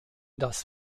das